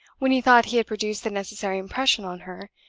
when he thought he had produced the necessary impression on her,